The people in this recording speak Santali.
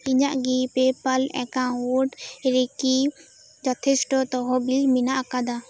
ᱤᱧᱟᱜ ᱜᱤ ᱯᱮᱯᱟᱞ ᱮᱠᱟᱣᱩᱱᱴ ᱨᱮᱠᱤ ᱡᱚᱛᱷᱮᱥᱴᱚ ᱛᱚᱦᱚᱵᱤᱞ ᱢᱮᱱᱟᱜ ᱟᱠᱟᱫᱟ